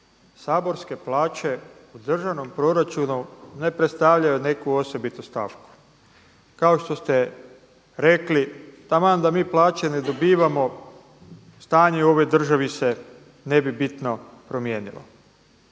saborske plaće u državnom proračunane predstavljaju neku osobitu stavku. Kao što ste rekli taman da mi plaće ne dobivamo stanje u ovoj državi se ne bi bitno promijenilo.